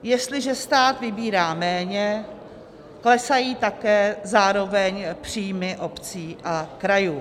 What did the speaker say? Jestliže stát vybírá méně, klesají také zároveň příjmy obcí a krajů.